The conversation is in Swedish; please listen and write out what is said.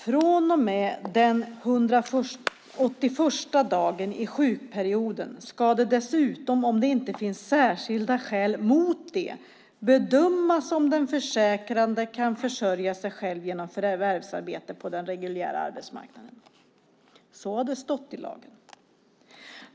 Från och med dag 181 i sjukperioden ska det dessutom om det inte finns särskilda skäl mot det bedömas om den försäkrade kan försörja sig själv genom förvärvsarbete på den reguljära arbetsmarknaden. Så har det stått i lagen.